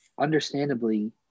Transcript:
understandably